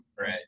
Right